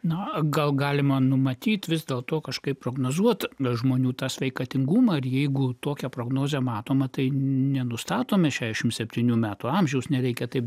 na gal galima numatyti vis dėlto kažkaip prognozuoti bet žmonių tą sveikatingumą ir jeigu tokia prognozė matoma tai nenustatomi šešim septynių metų amžiaus nereikia taip